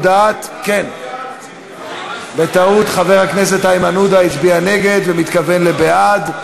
בטעות חבר הכנסת איימן עודה הצביע נגד ומתכוון לבעד,